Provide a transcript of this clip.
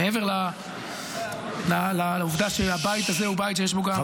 מעבר לעובדה שהבית הזה הוא בית שיש בו גם חשבונות פוליטיים -- ששש,